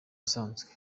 isanzwe